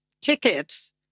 tickets